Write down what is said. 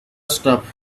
stuff